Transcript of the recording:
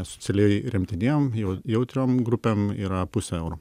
socialiai remtiniem jau jautriom grupėm yra pusė euro